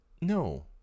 No